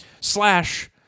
Slash